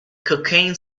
cocaine